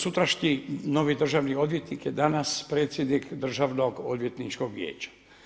Sutrašnji novi državni odvjetnik je danas predsjednik državnog odvjetničkog vijeća.